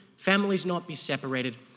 families not be separated,